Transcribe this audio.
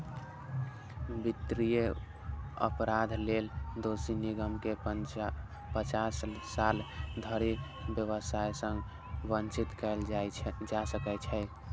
वित्तीय अपराध लेल दोषी निगम कें पचास साल धरि व्यवसाय सं वंचित कैल जा सकै छै